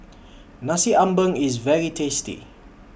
Nasi Ambeng IS very tasty